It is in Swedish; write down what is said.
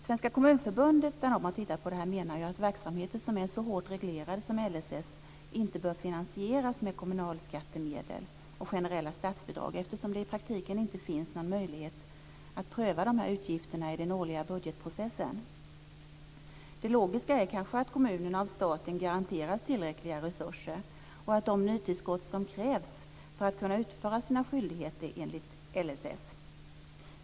Svenska Kommunförbundet har tittat på det här och menar att verksamheter som är så hårt reglerade som LSS inte bör finansieras med kommunalskattemedel och generella statsbidrag, eftersom det i praktiken inte finns någon möjlighet att pröva dessa utgifter i den årliga budgetprocessen. Det logiska är kanske att kommunerna av staten garanteras tillräckliga resurser och de nytillskott som krävs för att de ska kunna utföra sina skyldigheter enligt LSS.